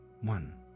one